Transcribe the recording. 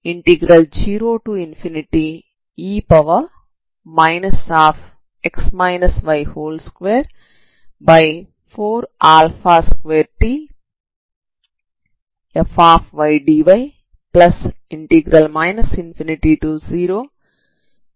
ఇప్పుడు y0 కి f2yfy అవుతుంది